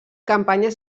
campanyes